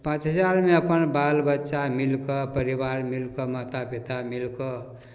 पाँच हजारमे अपन बाल बच्चा मिलिकऽ परिवार मिलिकऽ माता पिता मिलिकऽ